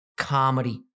Comedy